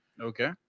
Okay